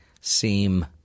seem